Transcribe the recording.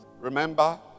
Remember